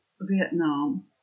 Vietnam